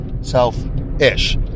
Self-ish